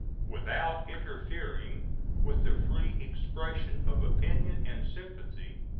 without interfering with the free expression of opinion and sympathy,